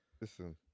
Listen